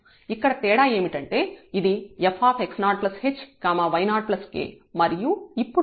ఇక్కడ తేడా ఏమిటంటే ఇది fx0h y0k మరియు ఇప్పుడు ఇక్కడ fx y పాయింట్ ఉంది